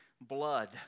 blood